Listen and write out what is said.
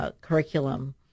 curriculum